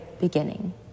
beginning